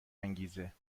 انگیزه